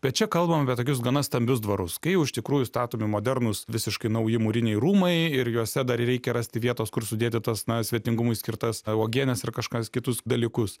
bet čia kalbam apie tokius gana stambius dvarus kai jau iš tikrųjų statomi modernūs visiškai nauji mūriniai rūmai ir juose dar ir reikia rasti vietos kur sudėti tas na svetingumui skirtas na uogienes ar kažkas kitus dalykus